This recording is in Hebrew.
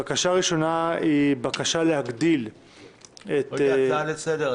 בקשה ראשונה היא בקשה להגדיל את --- הצעה לסדר,